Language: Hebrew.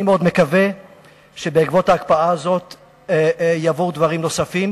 אני מאוד מקווה שבעקבות ההקפאה הזאת יבואו דברים נוספים,